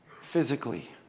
physically